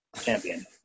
Champion